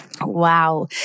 Wow